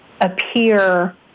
appear